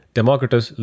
Democritus